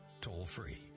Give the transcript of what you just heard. toll-free